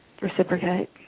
reciprocate